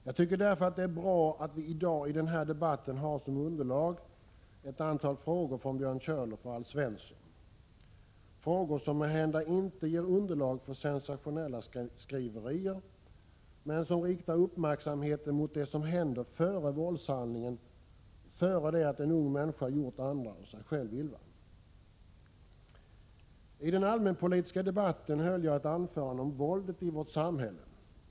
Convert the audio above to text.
Jag tycker därför att det är bra att vi i dag i den här debatten har som underlag ett antal frågor från Björn Körlof och Alf Svensson, frågor som måhända inte ger underlag för sensationella skriverier men som riktar uppmärksamheten mot det som händer före våldshandlingen, innan en ung människa gjort andra och sig själv illa. I den allmänpolitiska debatten höll jag ett anförande om våldet i vårt samhälle.